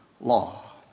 law